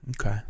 okay